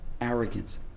Arrogance